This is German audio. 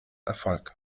erfolg